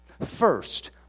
First